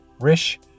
Rish